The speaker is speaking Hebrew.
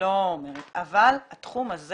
אבל התחום הזה